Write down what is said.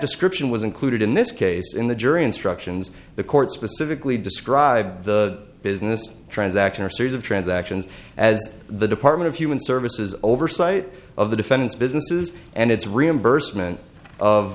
description was included in this case in the jury instructions the court specifically described the business transaction or series of transactions as the depart of human services oversight of the defendant's businesses and its reimbursement of